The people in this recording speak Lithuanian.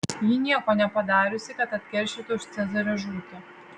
ji nieko nepadariusi kad atkeršytų už cezario žūtį